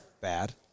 Bad